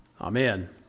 Amen